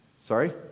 Sorry